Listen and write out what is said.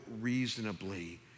reasonably